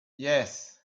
yes